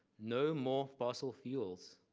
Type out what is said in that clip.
no more fossil fuels